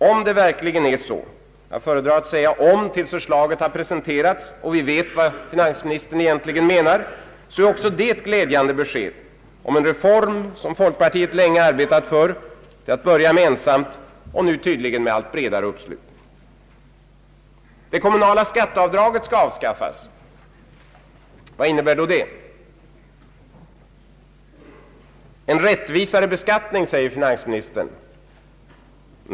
Om det verkligen är så — jag föredrar att säga om tills förslaget har presenterats och vi vet vad finansministern egentligen menar — så är också det ett glädjande besked om en reform som folkpartiet länge arbetat för, till att börja med ensamt och nu tydligen med allt bredare uppslutning. Det kommunala skatteavdraget skall avskaffas. Vad innebär då det? En ”rättvisare beskattning”, säger finansministern.